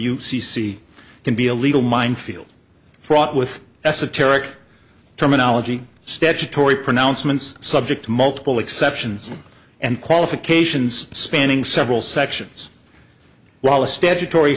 u c c can be a legal minefield fraught with esoteric terminology statutory pronouncements subject multiple exceptions and qualifications spanning several sections while a statutory